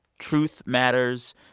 truth matters.